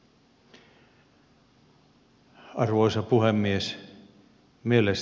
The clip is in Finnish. arvoisa puhemies